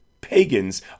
Pagans